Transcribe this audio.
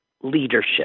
leadership